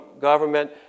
government